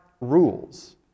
rules